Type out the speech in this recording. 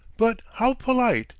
but how polite,